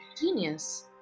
genius